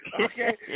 Okay